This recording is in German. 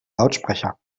lautsprecher